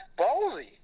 ballsy